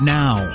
now